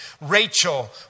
Rachel